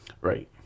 right